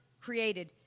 created